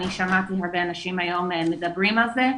אני שמעתי הרבה אנשים היום מדברים על זה.